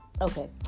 okay